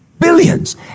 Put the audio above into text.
billions